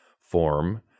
form